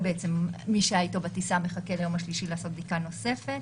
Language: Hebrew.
מי שהיה אתו בטיסה מחכה ליום השלישי לעשות בדיקה נוספת.